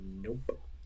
Nope